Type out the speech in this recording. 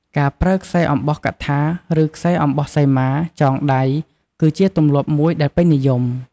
ការប្រើខ្សែអំបោះកថា ឬខ្សែអំបោះសីមា ចងដៃ គឺជាទម្លាប់មួយដែលពេញនិយម។